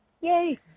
Yay